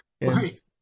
Right